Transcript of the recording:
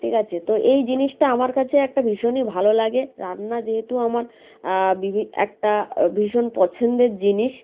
ঠিক আছে তো এই জিনিসটা আমার কাছে একটা ভীষণই ভালো লাগে রান্না যেহেতু আমার বিভি একটা ভীষণ পছন্দের জিনিস